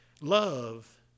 Love